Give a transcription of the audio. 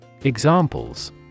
Examples